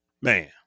man